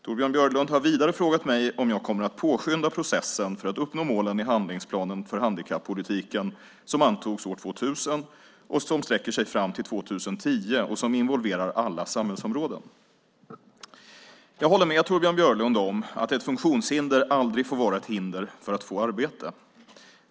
Torbjörn Björlund har vidare frågat mig om jag kommer att påskynda processen för att uppnå målen i den handlingsplan för handikappolitiken som antogs 2000 och sträcker sig fram till 2010 och som involverar alla samhällsområden. Jag håller med Torbjörn Björlund om att ett funktionshinder aldrig får vara ett hinder för att få arbete.